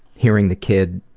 hearing the kid